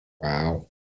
wow